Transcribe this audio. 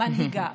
מנהיגה.